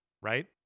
right